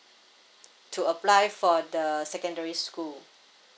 to apply for the secondary school